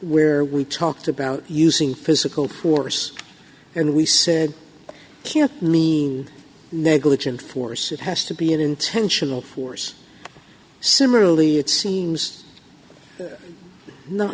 where we talked about using physical force and we said can't mean negligent force it has to be an intentional force similarly it seems not